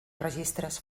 registres